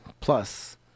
plus